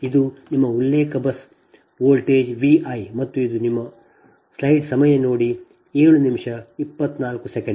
ಮತ್ತು ಇದು ಇದು ನಿಮ್ಮ ಉಲ್ಲೇಖ ಬಸ್ ವೋಲ್ಟೇಜ್ ವಿ ಐ ಮತ್ತು ಇದು ನಿಮ್ಮ ಉಲ್ಲೇಖ ವೋಲ್ಟೇಜ್ ವಿ ಜೆ